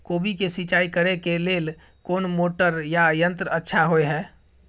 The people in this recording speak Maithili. कोबी के सिंचाई करे के लेल कोन मोटर या यंत्र अच्छा होय है?